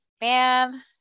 man